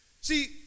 See